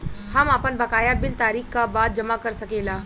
हम आपन बकाया बिल तारीख क बाद जमा कर सकेला?